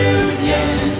union